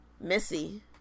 missy